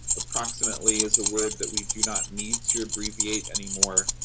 approximately is a word that we do not need to abbreviate anymore,